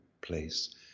place